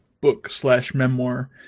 book/slash/memoir